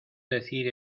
decir